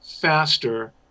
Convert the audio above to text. faster